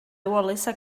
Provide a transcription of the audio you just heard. wallace